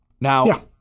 Now